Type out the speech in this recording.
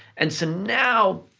and so now,